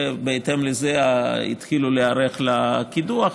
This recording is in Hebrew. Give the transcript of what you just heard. ובהתאם לזה התחילו להיערך לקידוח.